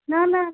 न न